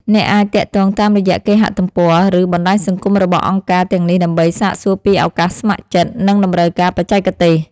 អ្នកអាចទាក់ទងតាមរយៈគេហទំព័រ ឬបណ្ដាញសង្គមរបស់អង្គការទាំងនេះដើម្បីសាកសួរពីឱកាសស្ម័គ្រចិត្ត និងតម្រូវការបច្ចេកទេស។